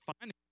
finding